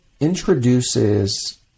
introduces